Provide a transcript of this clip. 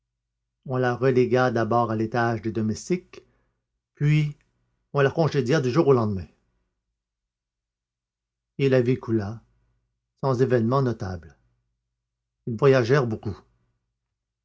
on la relégua d'abord à l'étage des domestiques puis on la congédia du jour au lendemain et la vie coula sans événements notables ils voyagèrent beaucoup